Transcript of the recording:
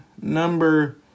number